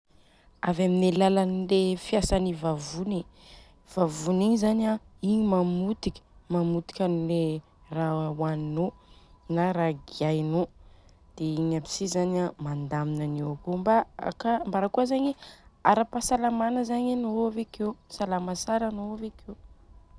Avy amin'ny alalan'le fiasan'le vavony. Vavony igny zani an igny mamotika mamotikan'le raha hoaninô na raha giainô dia igny aby si zany mandamina anio akô mba ka mbarakôa zany ara-pahasalamana zany anô avekeo, salama tsara anô avekeo.